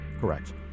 Correct